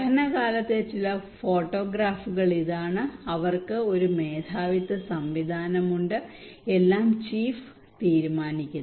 പഠനകാലത്തെ ചില ഫോട്ടോഗ്രാഫുകൾ ഇതാണ് അവർക്ക് ഒരു മേധാവിത്വ സംവിധാനമുണ്ട് എല്ലാം ചീഫ് തീരുമാനിക്കുന്നു